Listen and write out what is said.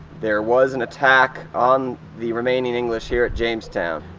there was an attack on the remaining english here at jamestown.